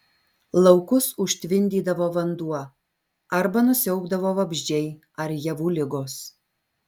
laukus užtvindydavo vanduo arba nusiaubdavo vabzdžiai ar javų ligos